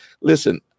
Listen